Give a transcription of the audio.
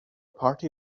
party